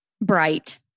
bright